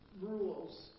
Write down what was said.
rules